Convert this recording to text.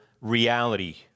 reality